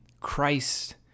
Christ